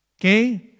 Okay